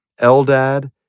Eldad